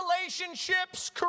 relationships